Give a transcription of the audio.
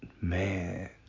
man